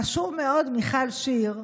חשוב מאוד, מיכל שיר,